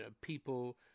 People